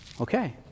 Okay